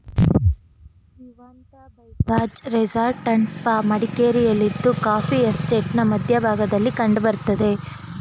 Vivanta by Taj resort and spa ಮಡಿಕೇರಿಯಲ್ಲಿದ್ದು coffee ಎಸ್ಟೇಟ್ನ ಮಧ್ಯ ಭಾಗದಲ್ಲಿ ಕಂಡ್ ಬರ್ತದೆ